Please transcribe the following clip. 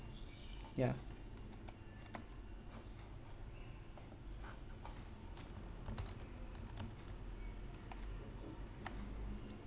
ya